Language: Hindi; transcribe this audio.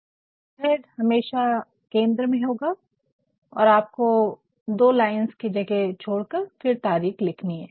लेटरहेड हमेशा केंद्र में होगा और आपको दो लाइन्स की जगह छोड़कर फिर तारिख लिखनी है